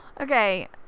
Okay